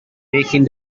taking